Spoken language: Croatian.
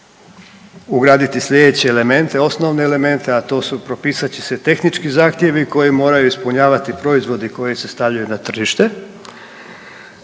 ugraditi sljedeće elemente, osnovne elemente, a to su, propisat će se tehnički zahtjevi koje moraju ispunjavati proizvodi koji se stavljaju na tržište,